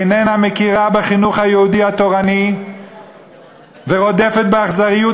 איננה מכירה בחינוך היהודי התורני ורודפת באכזריות